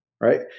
Right